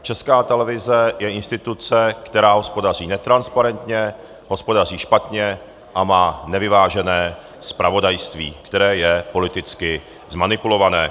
Česká televize je instituce, která hospodaří netransparentně, hospodaří špatně a má nevyvážené zpravodajství, které je politicky zmanipulované.